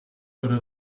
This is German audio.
oder